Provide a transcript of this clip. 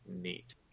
neat